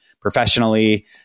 professionally